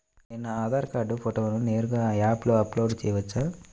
నేను నా ఆధార్ కార్డ్ ఫోటోను నేరుగా యాప్లో అప్లోడ్ చేయవచ్చా?